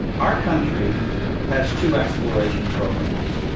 our country has two exploration programs.